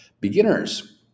beginners